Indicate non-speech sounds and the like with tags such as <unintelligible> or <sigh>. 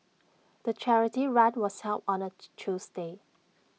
the charity run was held on A <unintelligible> Tuesday